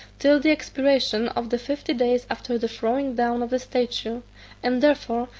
till the expiration of the fifty days after the throwing down of the statue and therefore,